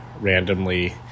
randomly